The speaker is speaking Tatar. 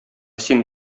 син